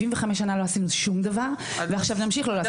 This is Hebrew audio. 75 שנה לא עשינו שום דבר ועכשיו נמשיך לא לעשות.